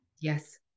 Yes